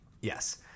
Yes